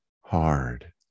hard